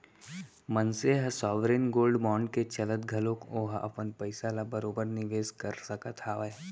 मनसे ह sovereign gold bond के चलत घलोक ओहा अपन पइसा ल बरोबर निवेस कर सकत हावय